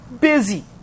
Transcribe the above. busy